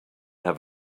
have